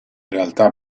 realtà